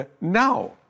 Now